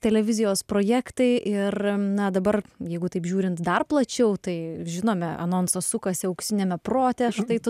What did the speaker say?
televizijos projektai ir na dabar jeigu taip žiūrint dar plačiau tai žinome anonsas sukasi auksiniame prote štai tu